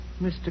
Mr